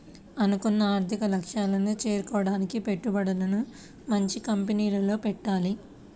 అనుకున్న ఆర్థిక లక్ష్యాలను చేరుకోడానికి పెట్టుబడులను మంచి కంపెనీల్లో పెట్టాలి